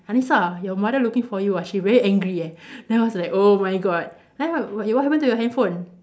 Hanisah your mother looking for you ah she very angry eh then I was like oh my god then what what happen to your handphone